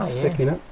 ah sticking up.